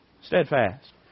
Steadfast